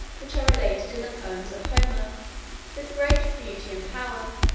which are related in the poems of homer with great beauty and power,